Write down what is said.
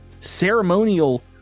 ceremonial